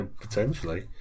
potentially